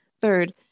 Third